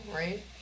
right